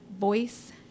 voice